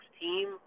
team